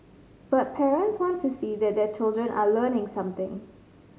but parents want to see that their children are learning something